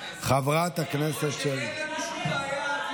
חברת הכנסת שלי טל מירון,